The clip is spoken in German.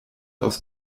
aus